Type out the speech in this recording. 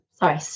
Sorry